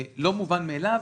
זה לא מובן מאליו,